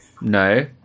no